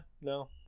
No